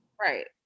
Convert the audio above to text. Right